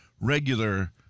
regular